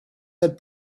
had